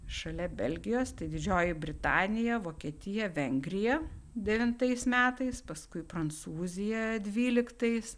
šalia belgijos tai didžioji britanija vokietija vengrija devintais metais paskui prancūzija dvyliktais